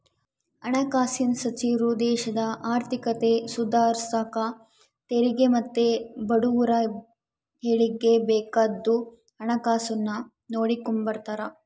ಹಣಕಾಸಿನ್ ಸಚಿವ್ರು ದೇಶದ ಆರ್ಥಿಕತೆ ಸುಧಾರ್ಸಾಕ ತೆರಿಗೆ ಮತ್ತೆ ಬಡವುರ ಏಳಿಗ್ಗೆ ಬೇಕಾದ್ದು ಹಣಕಾಸುನ್ನ ನೋಡಿಕೆಂಬ್ತಾರ